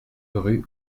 rue